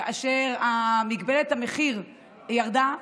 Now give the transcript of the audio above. כאשר מגבלת המחיר ירדה,